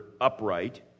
upright